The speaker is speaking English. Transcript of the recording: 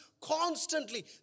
constantly